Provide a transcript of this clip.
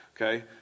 okay